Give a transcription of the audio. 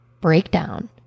breakdown